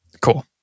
Cool